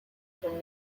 from